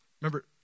Remember